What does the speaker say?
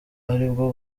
aribwo